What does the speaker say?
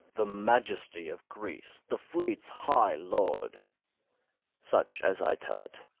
the majesty of greece, the fleet's high lord such as i tell it,